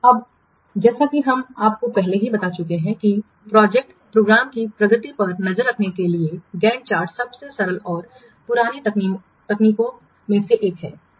अब जैसा कि हम आपको पहले ही बता चुके हैं कि प्रोजेक्ट प्रोग्राम की प्रगति पर नज़र रखने के लिए गैंट चार्ट सबसे सरल और पुरानी तकनीकों में से एक है